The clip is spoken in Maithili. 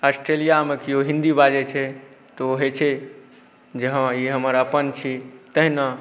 आस्ट्रेलिआमे केओ हिन्दी बाजै छै तऽ ओ होइ छै जे हाँ ई हमर अपन छी तहिना